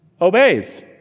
obeys